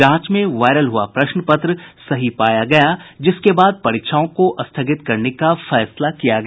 जांच में वायरल हुआ प्रश्न पत्र सही पाया गया जिसके बाद परीक्षाओं को स्थगित करने का फैसला किया गया